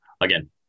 again